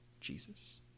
Jesus